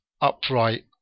upright